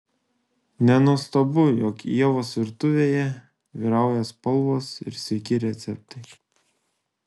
nenuostabu jog ievos virtuvėje vyrauja spalvos ir sveiki receptai